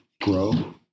grow